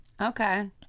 Okay